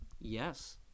Yes